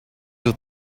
you